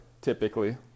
typically